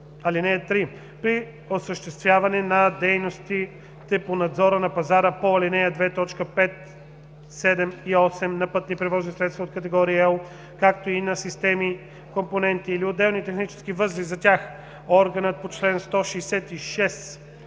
(3) При осъществяване на дейностите по надзор на пазара по ал. 2, т. 5, 7 и 8 на пътни превозни средства от категория L, както и на системи, компоненти или отделни технически възли за тях, органът по чл. 166а,